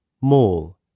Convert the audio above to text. Mall